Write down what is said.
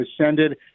ascended